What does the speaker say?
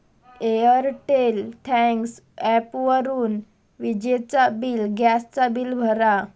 Airtel thanks ॲपवरून विजेचा bill, gas चा बिल भरा